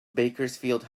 bakersfield